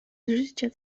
życia